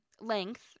length